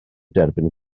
derbyn